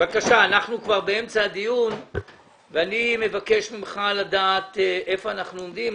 אנחנו כבר באמצע הדיון ואני מבקש לדעת ממך איפה אנחנו עומדים.